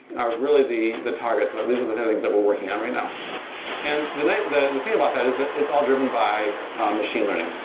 are really the the target. ah these are the things that we're working on right now and the the thing about that is that it's all driven by machine learning.